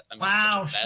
Wow